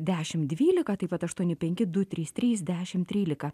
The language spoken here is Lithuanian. dešim dvylika taip pat aštuoni penki du trys trys dešim trylika